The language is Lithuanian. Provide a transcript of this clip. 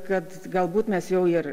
kad galbūt mes jau ir